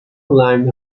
line